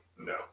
no